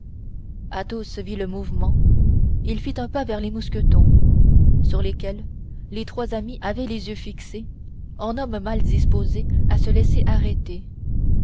houdinière athos vit le mouvement il fit un pas vers les mousquetons sur lesquels les trois amis avaient les yeux fixés en hommes mal disposés à se laisser arrêter